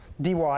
dy